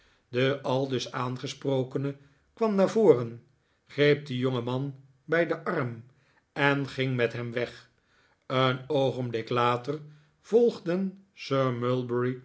de aldus aangesprokene kwam naar voren gree'p den jongeman bij zijn arm en ging met hem weg een oogenblik later volgden sir mulberry